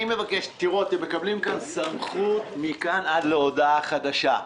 אתם מקבלים פה סמכות מכאן ועד להודעה חדשה.